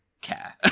care